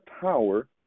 power